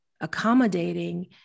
accommodating